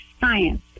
science